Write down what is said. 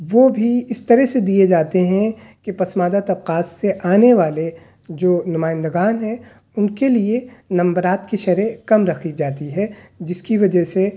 وہ بھی اس طرح سے دییے جاتے ہیں کہ پسماندہ طبقات سے آنے والے جو نمائندگان ہیں ان کے لیے نمبرات کی شرح کم رکھی جاتی ہے جس کی وجہ سے